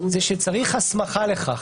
שצריך הסמכה לכך.